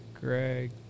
Greg